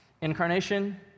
Incarnation